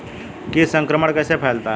कीट संक्रमण कैसे फैलता है?